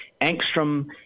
angstrom